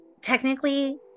technically